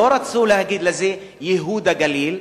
לא רצו להגיד ייהוד הגליל.